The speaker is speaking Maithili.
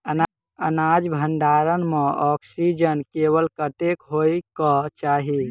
अनाज भण्डारण म ऑक्सीजन लेवल कतेक होइ कऽ चाहि?